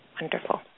Wonderful